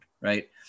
right